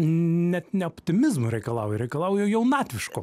net ne optimizmo reikalauja reikalauja jaunatviško